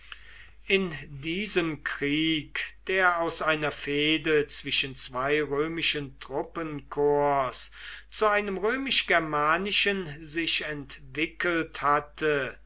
in diesem krieg der aus einer fehde zwischen zwei römischen truppenkorps zu einem römisch germanischen sich entwickelt hatte